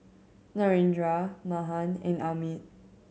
Narendra Mahan and Amit